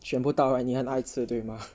选不到 right 你很爱吃对吗